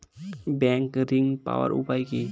Bank ঋণ পাওয়ার উপায় কি?